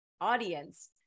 audience